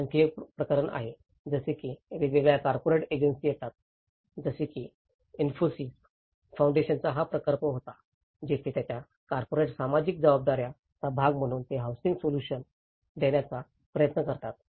आणखी एक प्रकरण आहे जसे की वेगवेगळ्या कॉर्पोरेट एजन्सी येतात जसे की इन्फोसिस फाउंडेशनचा हा प्रकल्प होता जेथे त्यांच्या कॉर्पोरेट सामाजिक जबाबदाऱ्या चा भाग म्हणून ते हौसिंग सोल्यूशन्स देण्याचा प्रयत्न करतात